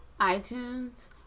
iTunes